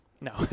No